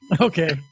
Okay